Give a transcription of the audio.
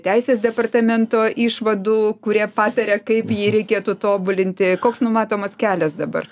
teisės departamento išvadų kurie pataria kaip jį reikėtų tobulinti koks numatomas kelias dabar